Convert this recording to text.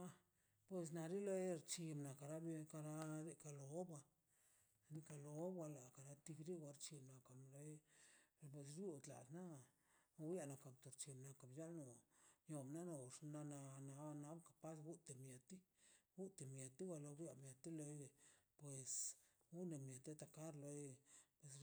Naꞌ kosh na lexchi kara loka oba ni kara oba ni kara oba ḻa karan tiwa xchi daa komo bei nox llun ata na da ka daa bc̱hete golmu nia dolnox na- na nago falt guti mieti uki mieti lei es ugue meti da kar loi